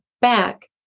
back